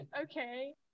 Okay